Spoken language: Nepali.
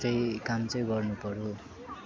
चाहिँ काम चाहिँ गर्नुपऱ्यो